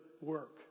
work